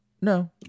No